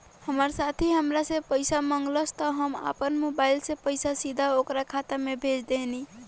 हमार साथी हामरा से पइसा मगलस त हम आपना मोबाइल से पइसा सीधा ओकरा खाता में भेज देहनी